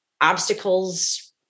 obstacles